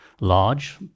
large